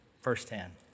firsthand